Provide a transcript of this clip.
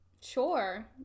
sure